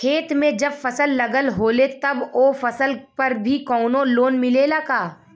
खेत में जब फसल लगल होले तब ओ फसल पर भी कौनो लोन मिलेला का?